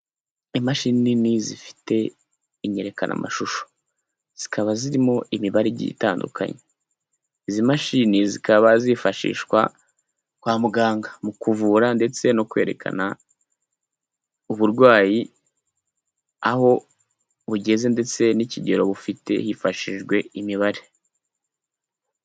Imashini nini zifite inyerekanamashusho. Zikaba zirimo imibare igiye itandukanye. Izi mashini zikaba zifashishwa kwa muganga, mu kuvura ndetse no kwerekana uburwayi aho bugeze ndetse n'ikigero bufite, hifashishijwe imibare.